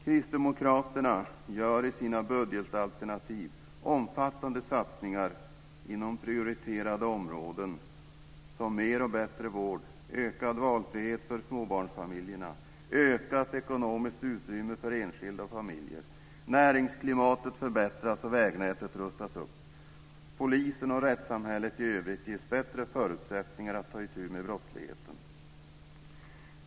Kristdemokraterna gör i sitt budgetalternativ omfattande satsningar inom prioriterade områden som mer och bättre vård, ökad valfrihet för småbarnsfamiljerna, ökat ekonomiskt utrymme för enskilda och familjer. Näringsklimatet förbättras, och vägnätet rustas upp. Polisen och rättssamhället i övrigt ges bättre förutsättningar att ta itu med brottsligheten.